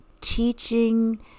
teaching